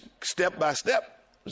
step-by-step